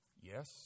Yes